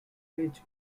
edge